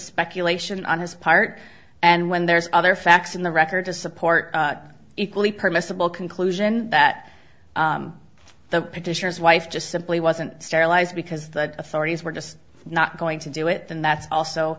speculation on his part and when there's other facts in the record to support equally permissible conclusion that the petitioner's wife just simply wasn't sterilized because the authorities were just not going to do it and that's also